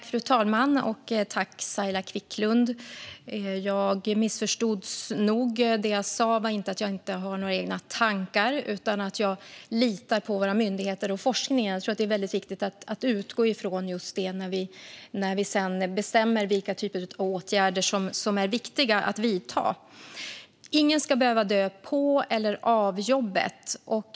Fru talman! Tack, Saila Quicklund! Jag missförstods nog. Det jag sa var inte att jag inte har några egna tankar utan att jag litar på våra myndigheter och forskningen. Jag tror att det är väldigt viktigt att utgå från just det när vi sedan bestämmer vilka typer av åtgärder som är viktiga att vidta. Ingen ska behöva dö på eller av jobbet.